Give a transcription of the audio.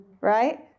right